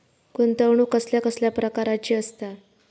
गुंतवणूक कसल्या कसल्या प्रकाराची असता?